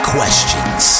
Questions